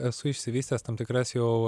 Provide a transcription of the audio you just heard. esu išsivystęs tam tikras jau